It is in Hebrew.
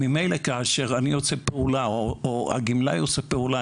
ממילא כאשר אני עושה פעולה או הגמלאי עושה פעולה